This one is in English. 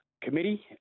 committee